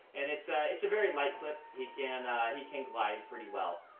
and it's ah it's a very light clip. he can he can glide pretty well.